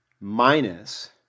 minus